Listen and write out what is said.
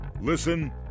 Listen